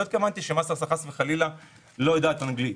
לא התכוונתי שמס הכנסה חס וחלילה לא יודעים אנגלית,